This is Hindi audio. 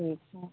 ठीक है